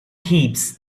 heaps